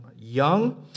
young